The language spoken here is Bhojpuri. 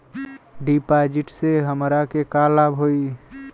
डिपाजिटसे हमरा के का लाभ होई?